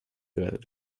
gerettet